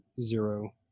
zero